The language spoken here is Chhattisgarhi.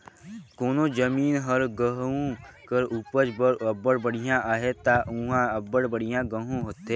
कोनो जमीन हर गहूँ कर उपज बर अब्बड़ बड़िहा अहे ता उहां अब्बड़ बढ़ियां गहूँ होथे